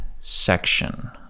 section